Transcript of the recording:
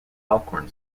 alcorn